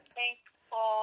thankful